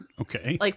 Okay